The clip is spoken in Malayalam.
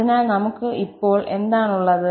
അതിനാൽ നമുക്ക് ഇപ്പോൾ എന്താണ് ഉള്ളത്